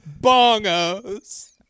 Bongos